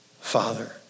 Father